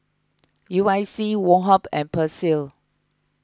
U I C Woh Hup and Persil